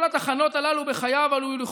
כל התחנות הללו בחייו היו,